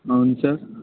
అవును సార్